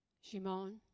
Shimon